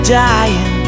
dying